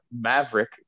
Maverick